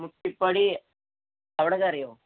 മുട്ടിപ്പടി അവിടെയൊക്കെ അറിയുമോ